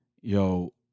yo